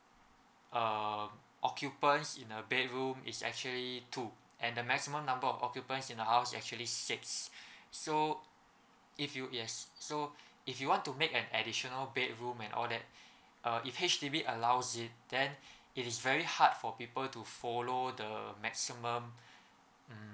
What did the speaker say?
uh occupants in a bedroom is actually two and the maximum number of occupants in the house is actually six so if you yes so if you want to make an additional bedroom and all that uh if H_D_B allows it then it is very hard for people to follow the maximum mm